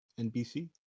NBC